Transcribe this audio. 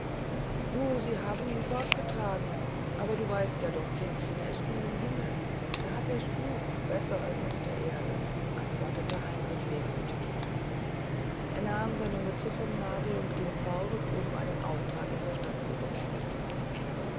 sie haben ihn fortgetragen aber du weißt ja doch kindchen er ist nun im himmel da hat er's gut besser als auf der erde antwortete heinrich wehmütig er nahm seine mütze vom nagel und ging fort um einen auftrag in der stadt zu besorgen